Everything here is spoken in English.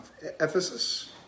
Ephesus